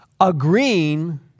agreeing